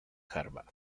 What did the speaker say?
harvard